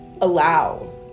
allow